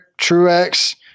Truex